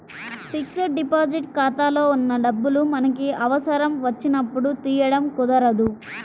fixed deposit ఖాతాలో ఉన్న డబ్బులు మనకి అవసరం వచ్చినప్పుడు తీయడం కుదరదు